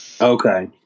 Okay